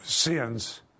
Sins